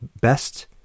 best